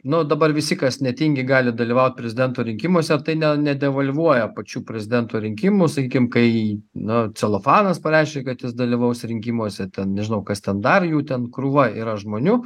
nu dabar visi kas netingi gali dalyvaut prezidento rinkimuose tai ne nedevalvuoja pačių prezidento rinkimų sakykim kai nu celofanas pareiškė kad jis dalyvaus rinkimuose ten nežinau kas ten dar jų ten krūva yra žmonių